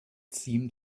seemed